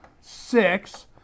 six